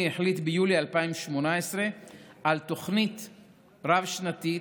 החליט ביולי 2018 על תוכנית רב-שנתית,